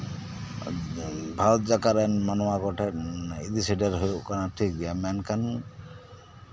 ᱮᱸᱫ ᱵᱷᱟᱨᱚᱛ ᱡᱟᱠᱟᱛ ᱨᱮᱱ ᱢᱟᱱᱣᱟ ᱠᱚᱴᱷᱮᱱ ᱤᱫᱤ ᱥᱮᱴᱮᱨ ᱦᱳᱭᱳᱜ ᱠᱟᱱᱟ ᱴᱷᱤᱠ ᱜᱮ ᱢᱮᱱᱠᱷᱟᱱ